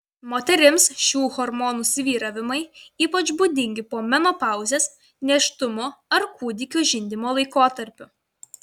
moterims šių hormonų svyravimai ypač būdingi po menopauzės nėštumo ar kūdikio žindymo laikotarpiu